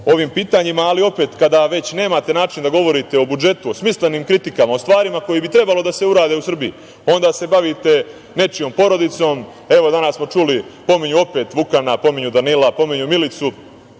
ovim pitanjima, ali opet kada već nemate način da govorite o budžetu, o smislenim kritikama o stvarima koje bi trebalo da se urade u Srbiji, onda se bavite nečijom porodicom. Danas smo čuli pominju opet Vukana, pominju Danila, pominju Milicu,